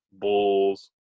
Bulls